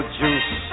juice